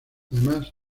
además